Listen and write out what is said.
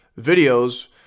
videos